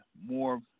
more